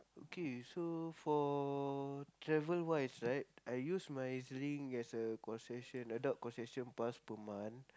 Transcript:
okay so for travel wise right I use my E_Z-Link as a concession adult concession pass per month